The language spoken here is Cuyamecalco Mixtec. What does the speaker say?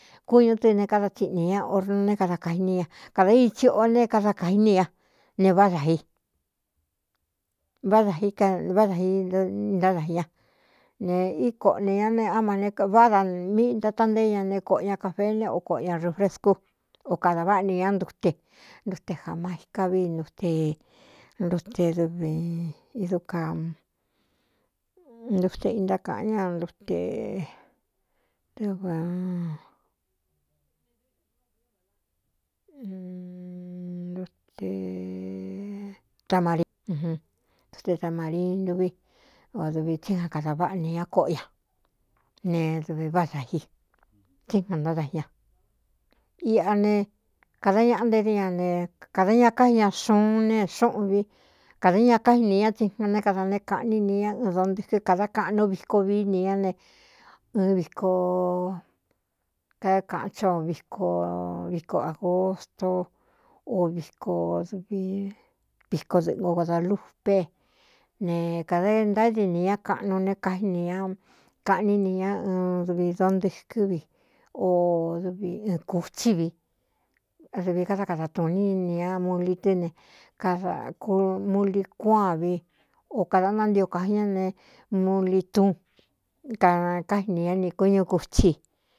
Kúñū tɨ́ ne káda tsiꞌnī ña orna né kada kainí ña kadā itsio ne da kan ña ne ádaváꞌáda i váda íntádai ña ne íkoꞌo nē ña ne ámane váꞌ da míꞌī ntátá ntéé ña ne koꞌo ña kafe ne o koꞌo ña rufrescú o kadā váꞌa ni ñá ntute ntute jama icá vi ntte ntedv dkantte intákaꞌa ña nedvnariarii nví dv tsígan kadā váꞌa ni ña kóꞌo ña ne dv váꞌáda ítsígan ntádaji ña ꞌa ne kada ñaꞌ n d aekda ña kái ña xuun ne xúꞌun vi kāda ña káji ni ñá tsiga né kada néé kaꞌní ni ña ɨɨn dontɨkɨ́ kādá kaꞌnu viko viíni ñá ne ɨ vikokaákaꞌan chá o vkviko āgosto o vkviko dɨꞌɨgogodā lupe ne kādā ntadi nī ña kaꞌnu ne kaini ña kaꞌní ni ñá ɨn duvi do ntɨkɨ́ vi o dv ɨɨ kūtsí vi dɨvi kádá kada tuu ní ne ña muli tɨ́ ne kada kmuli cuaa vi o kāda nántio kaji ñá ne muli túun kakái nī ñá nī kúñū kutsi i.